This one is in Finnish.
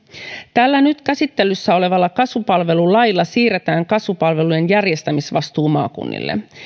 tällä nyt käsittelyssä olevalla kasvupalvelulailla siirretään kasvupalvelujen järjestämisvastuu maakunnille